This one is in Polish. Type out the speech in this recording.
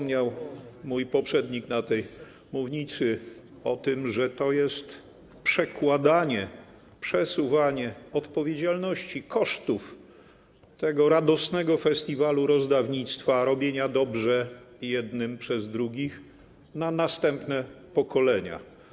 Mój poprzednik wspomniał na tej mównicy o tym, że to jest przekładanie, przesuwanie odpowiedzialności, kosztów tego radosnego festiwalu rozdawnictwa, robienia dobrze jednym przez drugich na następne pokolenia.